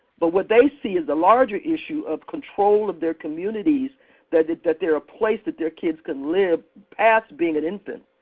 but what they see as the larger issue of control of their communities that that they're a place that their kids can live past being an infant.